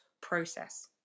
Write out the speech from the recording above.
process